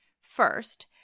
First